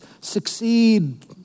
succeed